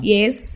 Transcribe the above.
Yes